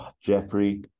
Jeffrey